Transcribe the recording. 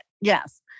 yes